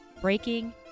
breaking